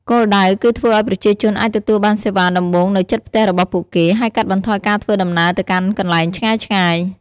គោលដៅគឺធ្វើឱ្យប្រជាជនអាចទទួលបានសេវាដំបូងនៅជិតផ្ទះរបស់ពួកគេ ហើយកាត់បន្ថយការធ្វើដំណើរទៅកាន់កន្លែងឆ្ងាយៗ។